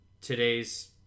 today's